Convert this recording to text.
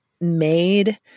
made